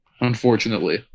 unfortunately